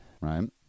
Right